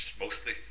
mostly